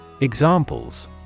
Examples